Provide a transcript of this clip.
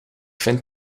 vind